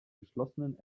geschlossenen